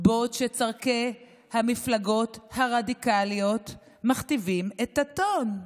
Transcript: בעוד צורכי המפלגות הרדיקליות מכתיבים את הטון.